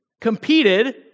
competed